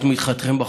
על תמיכתכם בחוק.